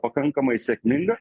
pakankamai sėkminga